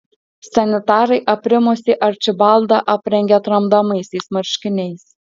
sanitarai aprimusį arčibaldą aprengė tramdomaisiais marškiniais